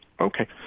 Okay